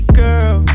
girl